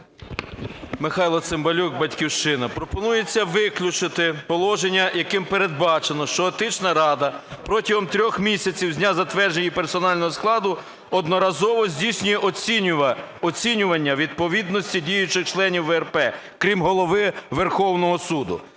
Михайло Цимбалюк, "Батьківщина". Пропонується виключити положення, яким передбачено, що Етична рада протягом трьох місяців з дня затвердження її персонального складу одноразово здійснює оцінювання відповідності діючих членів ВРП (крім Голови Верховного Суду),